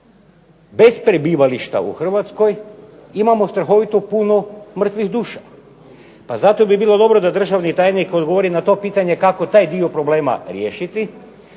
bez prebivališta u Hrvatskoj imamo strahovito puno mrtvih duša. Pa zato bi bilo dobro da državni tajnik odgovori na to pitanje kako taj dio problema riješi.